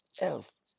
else